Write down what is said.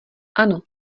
ano